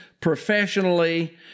professionally